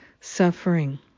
suffering